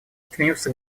стремимся